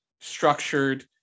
structured